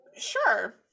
Sure